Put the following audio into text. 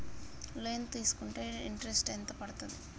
Loan తీస్కుంటే interest ఎంత పడ్తది?